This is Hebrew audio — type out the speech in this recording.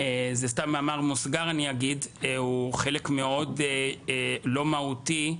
במאמר מוסר אני אומר - הוא חלק מאוד לא מהותי,